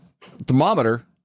thermometer